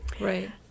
Right